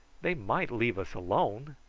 they might leave us alone.